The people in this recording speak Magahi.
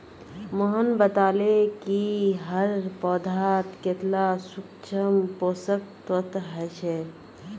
मोहन बताले कि हर पौधात कतेला सूक्ष्म पोषक तत्व ह छे